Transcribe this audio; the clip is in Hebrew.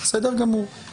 בסדר גמור.